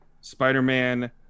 Spider-Man